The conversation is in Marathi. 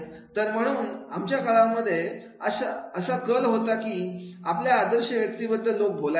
तर म्हणून आमच्या काळामध्ये अशा कल होता की आपल्या आदर्श व्यक्ती बद्दल लोक बोलायचे